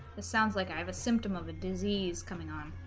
this sounds like i have a symptom of a disease coming on